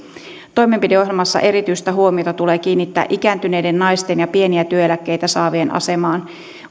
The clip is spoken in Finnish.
erityistä huomiota tulee kiinnittää ikääntyneiden naisten ja pieniä työeläkkeitä saavien asemaan